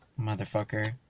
motherfucker